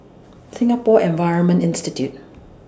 Singapore Environment Institute